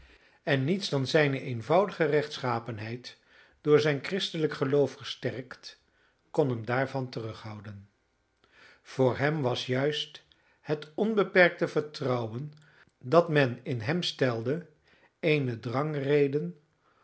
en niets dan zijne eenvoudige rechtschapenheid door zijn christelijk geloof versterkt kon hem daarvan terughouden voor hem was juist het onbeperkte vertrouwen dat men in hem stelde eene drangreden